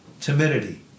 timidity